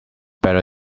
better